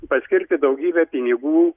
paskirti daugybę pinigų